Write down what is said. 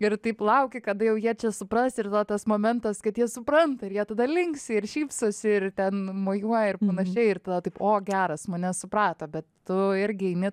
ir taip lauki kada jau jie čia supras ir tada tas momentas kad jie supranta ir jie tada linksi ir šypsosi ir ten mojuoja ir panašiai ir taip o geras mane suprato bet tu irgi eini